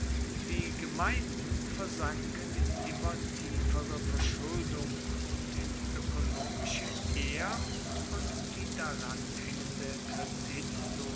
die gemeinden versanken in immer tiefere verschuldung und in ökonomische ehr und die daranhängende kreditlosigkeit